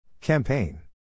Campaign